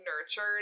nurtured